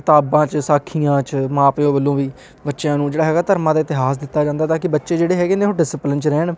ਕਿਤਾਬਾਂ 'ਚ ਸਾਖੀਆਂ 'ਚ ਮਾਂ ਪਿਓ ਵੱਲੋਂ ਵੀ ਬੱਚਿਆਂ ਨੂੰ ਜਿਹੜਾ ਹੈਗਾ ਧਰਮਾਂ ਦਾ ਇਤਿਹਾਸ ਦਿੱਤਾ ਜਾਂਦਾ ਤਾਂ ਕਿ ਬੱਚੇ ਜਿਹੜੇ ਹੈਗੇ ਨੇ ਉਹ ਡਿਸਿਪਲਿਨ 'ਚ ਰਹਿਣ